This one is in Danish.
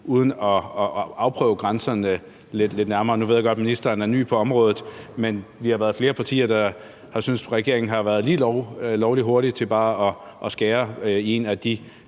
uden at afprøve grænserne lidt nærmere. Nu ved jeg godt, at ministeren er ny på området, men vi har været flere partier, der har syntes, at regeringen har været lige lovlig hurtige til at skære ned